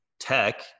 tech